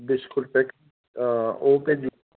biscuit packet ओह् भेजी ओड़ो